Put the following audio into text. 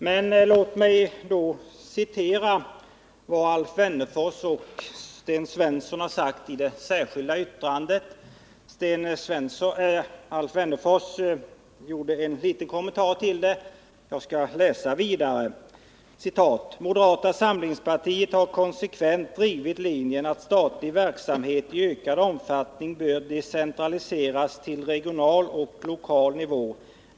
Men låt mig då citera vad Alf Wennerfors och Sten Svensson uttalat i det särskilda yttrandet: ”Moderata samlingspartiet har konsekvent drivit linjen att statlig verksamhet i ökad omfattning bör decentraliseras till regional och lokal nivå.